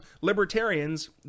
libertarians